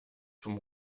vom